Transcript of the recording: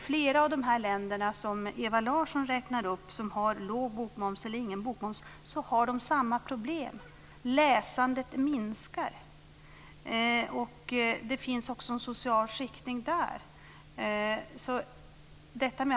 Flera av de länder som Ewa Larsson räknar upp och som har låg bokmoms eller ingen bokmoms har samma problem, nämligen att läsandet minskar. Det finns en social skiktning också där.